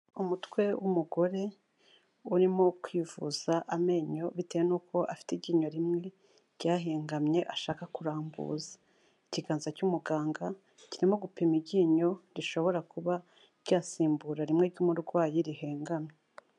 Umutwe w'umugore, urimo kwivuza amenyo bitewe n'uko afite iryinyo rimwe ryahengamye ashaka kurambuza. Ikiganza cy'umuganga, kirimo gupima iryinyo, rishobora kuba ryasimbura rimwe ry'umurwayi rihengamye.